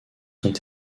sont